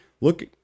look